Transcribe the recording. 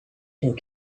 how